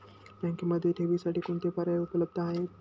बँकेमध्ये ठेवींसाठी कोणते पर्याय उपलब्ध आहेत?